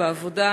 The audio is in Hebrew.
בעבודה,